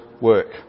work